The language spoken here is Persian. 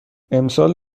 امسال